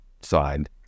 side